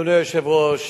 אדוני היושב-ראש,